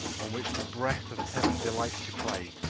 on which the breath of heaven delights to play,